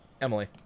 Emily